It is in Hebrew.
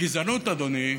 גזענות, אדוני,